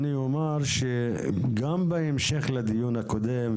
אני אומר שגם בהמשך לדיון הקודם,